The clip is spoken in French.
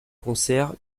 concerts